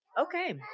Okay